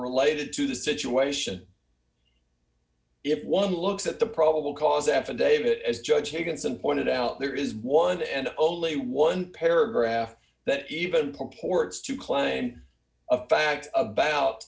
related to the situation if one looks at the probable cause affidavit as judge higginson pointed out there is one and only one paragraph that even purports to claim a fact about